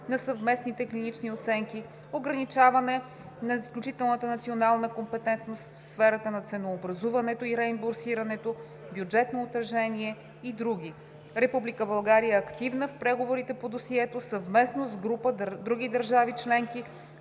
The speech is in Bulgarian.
на съвместните клинични оценки, ограничаване на изключителната национална компетентност в сферата на ценообразуването и реимбурсирането, бюджетно отражение и други. Република България е активна в преговорите по досието, съвместно с група други държави членки,